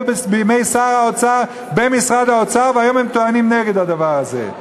בימי שר האוצר במשרד האוצר והיום הם טוענים נגד הדבר הזה?